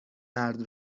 مرد